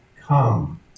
come